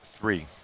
Three